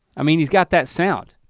i mean he's got that sound.